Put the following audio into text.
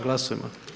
Glasujmo.